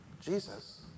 Jesus